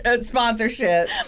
sponsorship